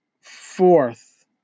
fourth